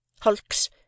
Hulks